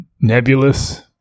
nebulous